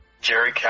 Jerry